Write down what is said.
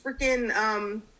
freaking